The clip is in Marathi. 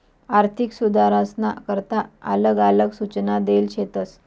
आर्थिक सुधारसना करता आलग आलग सूचना देल शेतस